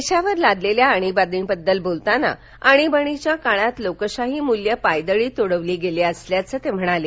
देशावर लादलेल्या आणीबाणीबद्दल बोलताना आणीबाणीच्या काळात लोकशाही मुल्यं पायदळी तुडवली गेल्याचं ते म्हणाले